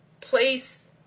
Place